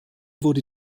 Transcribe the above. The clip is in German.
wurde